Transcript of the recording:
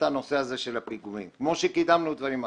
נושא הפיגומים כמו שקידמנו דברים אחרים.